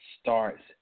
starts